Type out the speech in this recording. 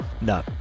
No